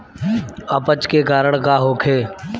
अपच के कारण का होखे?